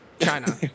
China